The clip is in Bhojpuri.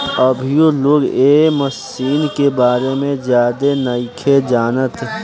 अभीयो लोग ए मशीन के बारे में ज्यादे नाइखे जानत